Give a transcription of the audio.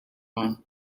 one